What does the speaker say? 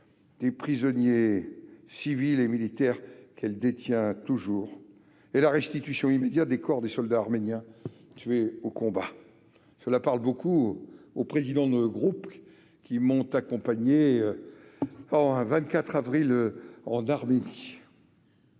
des prisonniers civils et militaires qu'elle détient toujours et la restitution immédiate des corps des soldats arméniens tués au combat ». Ces mots parlent aux présidents des groupes qui m'ont accompagné, un 24 avril 2021, en Arménie.